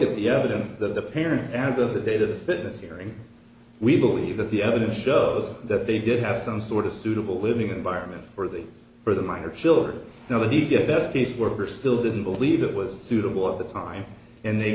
at the evidence that the parents as of the date of the fitness hearing we believe that the evidence shows that they did have some sort of suitable living environment for the for the minor children now the best case worker still didn't believe it was suitable at the time and they